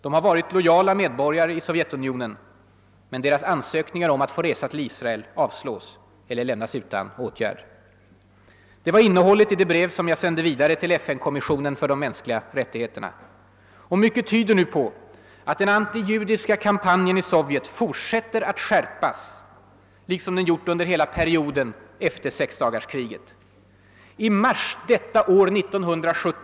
De har varit lojala medborga re i Sovjetunionen. Men deras ansökningar om att få resa till Israel avslås eller lämnas utan åtgärd. Det var innehållet i det brev som jag sände vidare till FN-kommissionen för de mänskliga rättigheterna. Många liknande vädjanden har nått oss under de senaste månaderna. Mycket tyder på att den antijudiska kampanjen i Sovjet nu fortsätter att skärpas liksom den gjort under perioden efter sexdagarskriget i juni 1967.